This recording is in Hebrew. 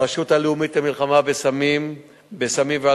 הרשות הלאומית למלחמה בסמים ואלכוהול,